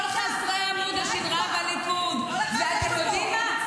כל אחד יש לו פה, ואתם יודעים מה?